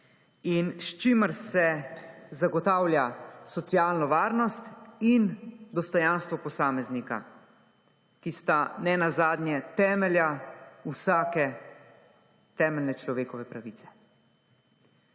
in s čimer se zagotavlja socialno varnost in dostojanstvo posameznika, ki sta nenazadnje temelja vsake temeljne človekove pravice.